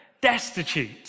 Destitute